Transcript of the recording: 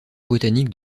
botaniques